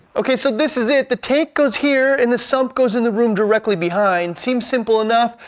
okay, so this is it. the tank goes here, and the sump goes in the room directly behind. seems simple enough,